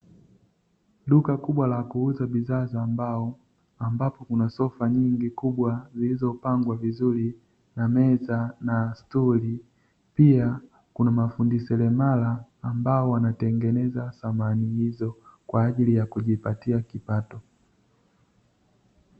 Duka kubwa la kuuza bidhaa za mbao, ambapo kuna sofa nyingi kubwa zilizopangwa vizuri na meza na stuli. Pia kuna mafundi seremala ambao wanatengeneza samani hizo kwa ajili ya kujipatia kipato.